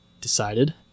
decided